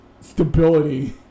Stability